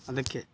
ಅದಕ್ಕೆ